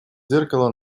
зеркало